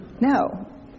No